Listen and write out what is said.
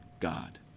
God